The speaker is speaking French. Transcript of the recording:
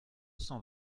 cent